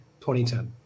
2010